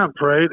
Right